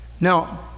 Now